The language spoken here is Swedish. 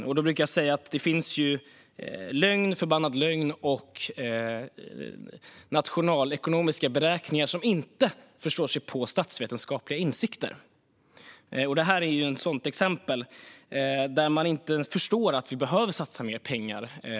Jag brukar säga att det finns lögn, förbannad lögn och nationalekonomiska beräkningar som inte förstår sig på statsvetenskapliga insikter. Detta är ett sådant exempel, där man inte förstår att vi behöver satsa mer pengar.